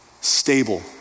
Stable